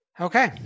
okay